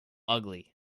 ugly